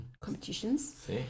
competitions